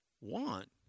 want